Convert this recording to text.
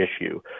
issue